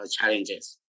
challenges